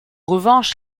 revanche